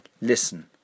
Listen